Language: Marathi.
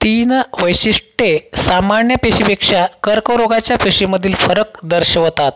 तीन वैशिष्ट्ये सामान्य पेशीपेक्षा कर्करोगाच्या पेशीमधील फरक दर्शवतात